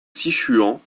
sichuan